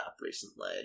recently